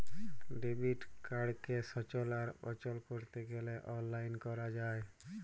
debit কাড়কে সচল আর অচল ক্যরতে গ্যালে অললাইল ক্যরা যায়